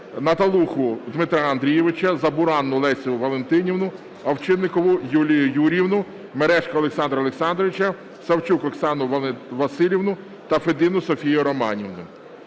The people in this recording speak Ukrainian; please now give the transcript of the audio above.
Наталуху Дмитра Андрійовича, Забуранну Лесю Валентинівну, Овчинникову Юлію Юріївну, Мережка Олександра Олександровича, Савчук Оксану Василівну та Федину Софію Романівну.